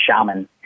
shaman